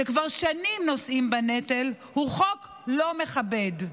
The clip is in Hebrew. שכבר שנים נושאים בנטל, הוא חוק לא מכבד.